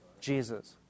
Jesus